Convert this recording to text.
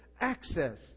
access